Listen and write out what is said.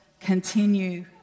continue